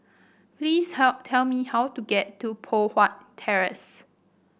please help tell me how to get to Poh Huat Terrace